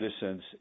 citizens